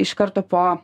iš karto po